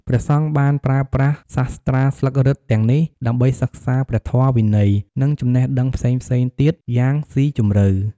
ព្រះសង្ឃបានប្រើប្រាស់សាស្រ្តាស្លឹករឹតទាំងនេះដើម្បីសិក្សាព្រះធម៌ វិន័យ និងចំណេះដឹងផ្សេងៗទៀតយ៉ាងស៊ីជម្រៅ។